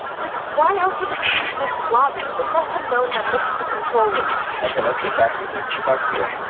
like, why else would they come into this closet? they must have known that this is the control room. okay, let's get back here grace. come back here,